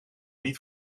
niet